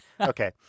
okay